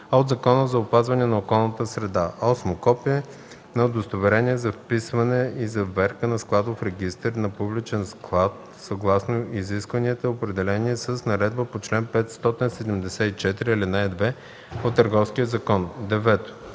от Закона за опазване на околната среда; 8. копие на удостоверение за вписване и заверка на складов регистър на публичен склад съгласно изискванията, определени с наредбата по чл. 574, ал. 2 от Търговския закон; 9.